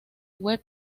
web